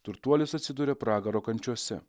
turtuolis atsiduria pragaro kančiose